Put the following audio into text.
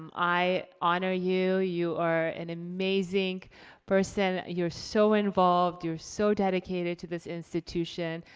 um i honor you, you are an amazing person. you're so involved, you're so dedicated to this institution.